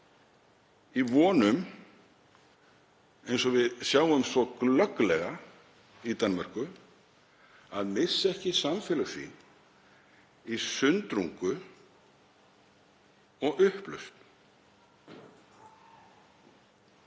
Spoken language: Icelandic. í von um, eins og við sjáum svo glögglega í Danmörku, að missa ekki samfélög sín í sundrungu og upplausn.